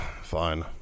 Fine